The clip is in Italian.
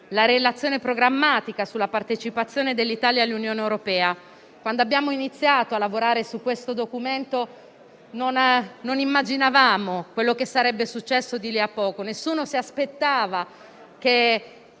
la relazione programmatica sulla partecipazione dell'Italia all'Unione europea. Quando abbiamo iniziato a lavorare su questo documento, non immaginavamo quanto sarebbe successo di lì a poco, nessuno si aspettava che